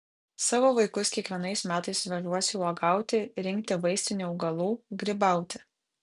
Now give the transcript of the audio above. savo vaikus kiekvienais metais vežuosi uogauti rinkti vaistinių augalų grybauti